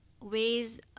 ways